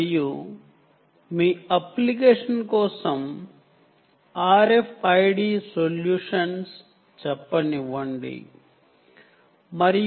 మరియు మీ అప్లికేషన్ కోసం RFID సొల్యూషన్స్ ను రూపొందింరూపొందించాలి